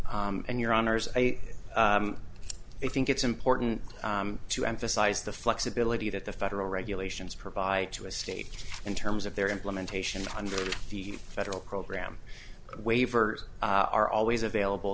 and your honour's say it think it's important to emphasize the flexibility that the federal regulations provide to a state in terms of their implementation under the federal program waivers are always available